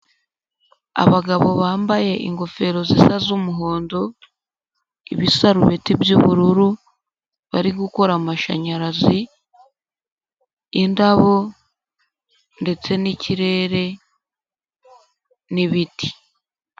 Abagabo bambaye ingofero zisa z'umuhondo, ibisarubeti by'ubururu, bari gukora amashanyarazi, indabo ndetse n'ikirere, n''ibiti.